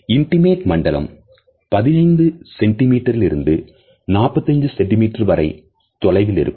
intimate intimateமண்டலம் 15 சென்டி மீட்டரில் இருந்து 45 சென்டி மீட்டர் வரை தொலைவில் இருக்கும்